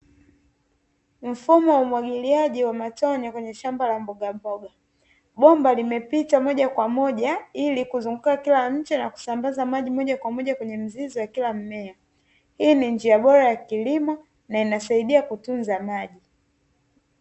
Mfumo wa umwagiliaji wa matone kwenye shamba la mbogamboga. Bomba limepita moja kwa moja ili kuzunguka kila mche na kusambaza maji moja kwa moja kwenye mizizi ya kila mmea. Hii ni njia bora ya kilimo na inasaidia kutunza maji.